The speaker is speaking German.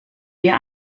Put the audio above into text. wir